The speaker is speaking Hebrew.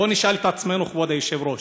בואו נשאל את עצמנו, כבוד היושב-ראש: